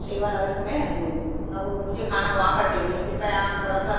सेवा नगर में हूँ अब वह मुझे खाना वहाँ पर चाहिए कृपया आप थोड़ा सा